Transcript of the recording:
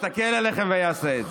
יסתכל עליכם ויעשה את זה.